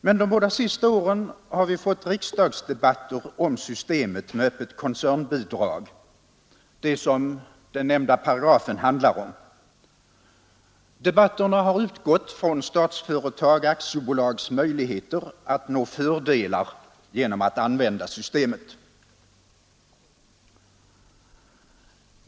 Men de båda sista åren har vi fått riksdagsdebatter om systemet med öppet koncernbidrag, det som den nämnda paragrafen handlar om. Debatterna har utgått från Statsföretag AB:s möjligheter att nå fördelar genom att använda systemet.